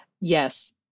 Yes